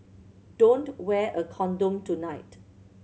don't wear a condom tonight